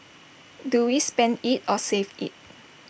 do we spend IT or save IT